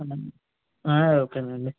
ఓకేనండి